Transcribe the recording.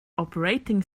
operating